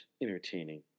entertaining